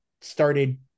started